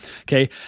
Okay